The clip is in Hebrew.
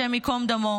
השם ייקום דמו,